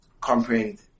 comprehend